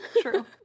True